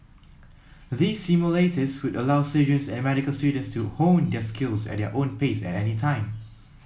these simulators would allow surgeons and medical students to hone their skills at their own pace at any time